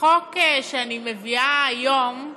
החוק שאני מביאה היום,